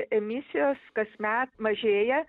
emisijos kasmet mažėja